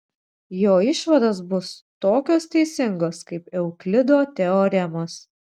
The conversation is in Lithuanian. jo išvados bus tokios teisingos kaip euklido teoremos